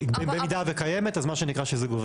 במידה וקיימת, אז מה שנקרא שזה גובר.